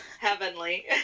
Heavenly